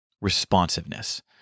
responsiveness